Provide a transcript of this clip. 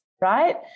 right